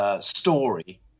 story